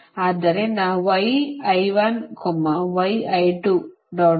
ಆದ್ದರಿಂದ 1 ರಿಂದ n ಸಂಪರ್ಕ ಹೊಂದಿದೆ